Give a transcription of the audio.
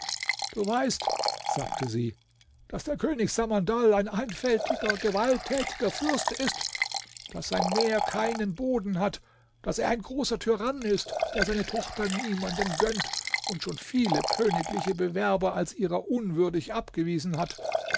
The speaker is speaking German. du weiß sagte sie daß der könig samandal ein einfältiger gewalttätiger fürst ist daß sein meer keinen boden hat daß er ein großer tyrann ist der seine tochter niemandem gönnt und schon viele königliche bewerber als ihrer unwürdig abgewiesen hat